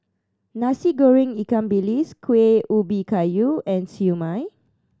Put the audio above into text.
Nasi Goreng ikan bilis Kueh Ubi Kayu and Siew Mai